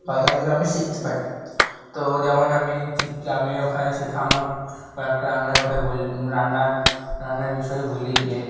বা আমি শিখতে পারি তো যেমন আমি আমি ওখানে শেখা আমার কয়েকটা রান্নার কথা বলি রান্নার রান্নার বিষয়ে বলি যে